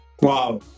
Wow